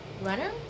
Runner